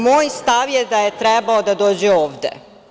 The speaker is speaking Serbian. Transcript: Moj stav je da je trebao da dođe ovde.